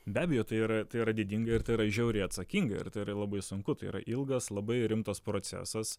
be abejo tai yra tai yra didinga ir tai yra žiauriai atsakinga ir tai yra labai sunku tai yra ilgas labai rimtas procesas